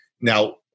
Now